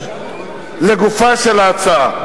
לגופה של ההצעה,